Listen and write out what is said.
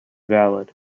valid